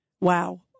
Wow